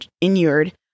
inured